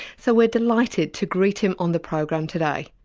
so we're delighted to greet him on the program today.